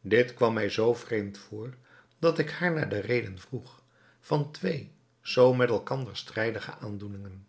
dit kwam mij zoo vreemd voor dat ik haar naar de reden vroeg van twee zoo met elkander strijdige aandoeningen